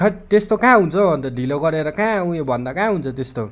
that त्यस्तो कहाँ हुन्छ हौ अन्त ढिलो गरेर कहाँ उयो भन्दा कहाँ हुन्छ त्यस्तो